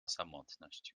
samotność